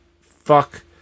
fuck